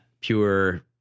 pure